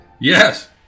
Yes